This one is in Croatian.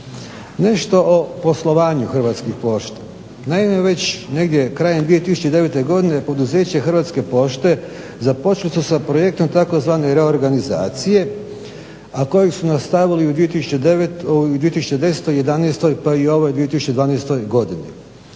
Nešto o poslovanju Hrvatskih pošta. Naime, već negdje krajem 2009. godine poduzeće Hrvatske pošte započeli su sa projektom tzv. reorganizacije, a koju su nastavili i u 2010., 2011. pa i ovoj 2012. godini.